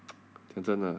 讲真的啊